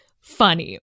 funny